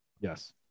Yes